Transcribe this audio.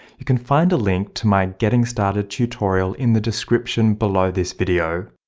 you can find a link to my getting started tutorial in the description below this video.